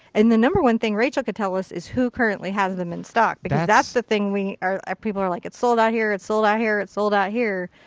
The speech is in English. and the number one thing rachel can tell us is who currently has them in stock. because that's the thing we are. people are like it's sold out here. it's sold out here. it's sold out here.